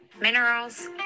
minerals